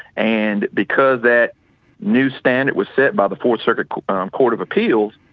and because that new standard was set by the four circuit court but um court of appeals,